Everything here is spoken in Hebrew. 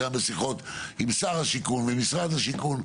גם בשיחות עם שר השיכון ועם משרד השיכון,